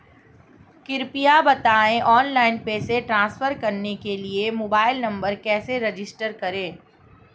कृपया बताएं ऑनलाइन पैसे ट्रांसफर करने के लिए मोबाइल नंबर कैसे रजिस्टर करें?